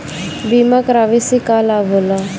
बीमा करावे से का लाभ होला?